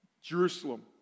Jerusalem